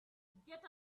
get